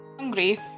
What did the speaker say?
Hungry